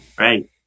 right